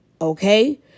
Okay